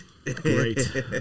Great